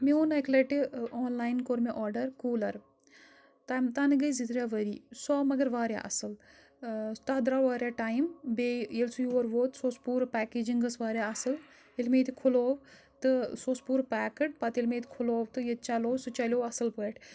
مےٚ اوٚن اَکہِ لَٹہِ آن لاین کوٚر مےٚ آڈَر کوٗلَر تَنہٕ تَنہٕ گٔے زٕ ترٛےٚ ؤری سُہ آو مگر واریاہ اَصٕل تَتھ درٛاو واریاہ ٹایم بیٚیہِ ییٚلہِ سُہ یور ووت سُہ اوس پوٗرٕ پَکیجِنٛگ ٲس واریاہ اَصٕل ییٚلہِ مےٚ ییٚتہِ کھُلوو تہٕ سُہ اوس پوٗرٕ پیکٕڈ پَتہٕ ییٚلہِ مےٚ ییٚتہِ کھُلوو تہٕ ییٚتہِ چَلوو سُہ چَلیوو اَصٕل پٲٹھۍ